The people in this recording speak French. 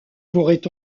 pourrait